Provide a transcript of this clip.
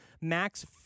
max